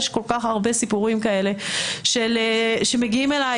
יש כל כך הרבה סיפורים כאלה שמגיעים אלי